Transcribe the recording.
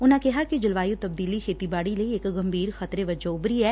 ਉਨੁਾਂ ਕਿਹਾ ਕਿ ਜਲਵਾਯੁ ਤਬਦੀਲੀ ਖੇਤੀਬਾਤੀ ਲਈ ਇੱਕ ਗੰਭੀਰ ਖਤਰੇ ਵਜੋਂ ਉਭਰੀ ਐ